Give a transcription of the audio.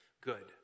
good